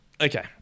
Okay